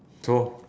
so